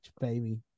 baby